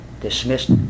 Dismissed